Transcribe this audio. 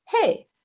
Hey